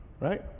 right